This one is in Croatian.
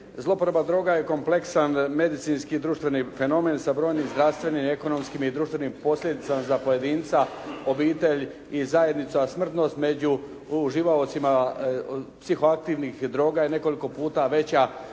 Zloporaba droga je kompleksan medicinski i društveni fenomen sa brojnim zdravstvenim, ekonomskim i društvenim posljedicama za pojedinca, obitelj i zajednicu, a smrtnost među uživaocima psihoaktivnih droga je nekoliko puta veća